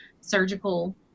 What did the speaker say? surgical